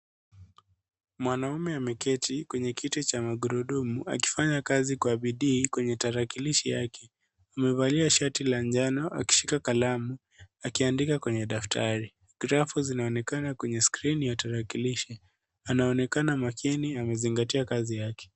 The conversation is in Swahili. Mwanaume ameketi kwenye kiti cha magurudumu, akifanya kazi kwa bidii kwenye tarakilishi yake. Amevalia shati la njano akishika kalamu, akiandika kwenye daftari. Grafu inaonekana kwenye skrini ya tarakilishi. Anaonekana makini amezingatia kazi yake.